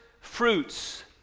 fruits